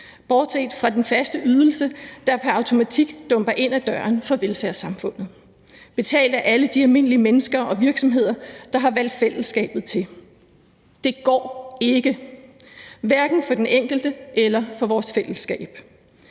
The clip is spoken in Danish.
bortset fra den faste ydelse, der pr. automatik dumper ind ad døren fra velfærdssamfundet, betalt af alle de almindelige mennesker og virksomheder, der har valgt fællesskabet til. Det går ikke, hverken for den enkelte eller for vores fællesskab.